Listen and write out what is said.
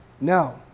No